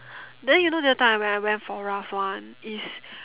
then you know the other time when I went for Ralph one is